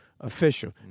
Official